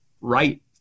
right